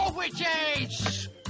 witches